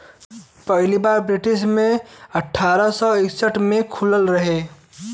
पहली बार ब्रिटेन मे अठारह सौ इकसठ मे खुलल रहे